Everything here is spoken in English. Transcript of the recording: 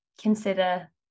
consider